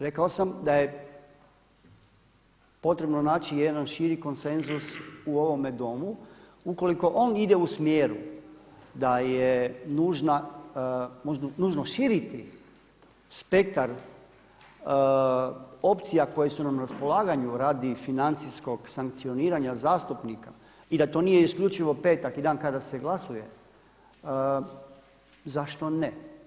Rekao sam da je potrebno naći jedan širi konsenzus u ovome Domu, ukoliko on ide u smjeru da je nužno širiti spektar opcija koje su nam na raspolaganju radi financijskog sankcioniranja zastupnika i da to nije isključivo petak i dan kada se glasuje, zašto ne.